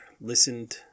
listened